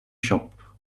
shop